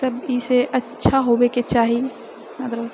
सभ इसभ अच्छा होवयकऽ चाही